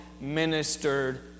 ministered